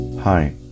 Hi